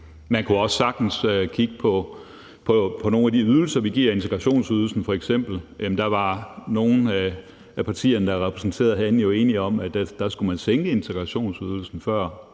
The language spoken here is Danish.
Man kunne også sagtens kigge på nogle af de ydelser, vi giver, f.eks. integrationsydelsen. Der var nogle af partierne, der er repræsenteret herinde, jo før sidste valg enige om, at man skulle sænke integrationsydelsen.